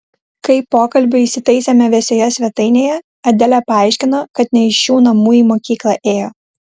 kai pokalbiui įsitaisėme vėsioje svetainėje adelė paaiškino kad ne iš šių namų į mokyklą ėjo